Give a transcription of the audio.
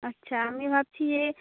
আচ্ছা আমি ভাবছি যে